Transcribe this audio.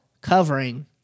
covering